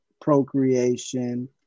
procreation